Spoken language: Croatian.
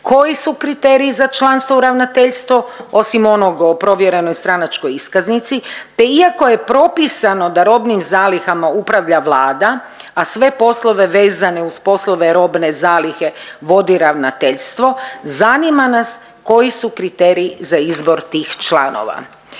koji su kriteriji za članstvo u Ravnateljstvu osim onog o provjerenoj stranačkoj iskaznici, te iako je propisano da robnim zalihama upravlja Vlada, a sve poslove vezane uz poslove robne zalihe vodi Ravnateljstvo zanima nas koji su kriteriji za izbor tih članova.